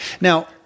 Now